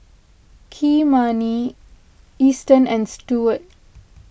Kymani Easton and Stewart